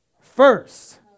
first